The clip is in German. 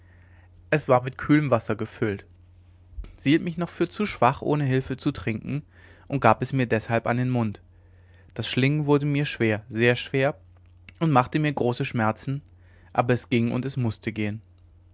es war mit kühlem wasser gefüllt sie hielt mich für noch zu schwach ohne hilfe zu trinken und gab es mir deshalb an den mund das schlingen wurde mir schwer sehr schwer und machte mir große schmerzen aber es ging es mußte gehen